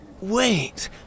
Wait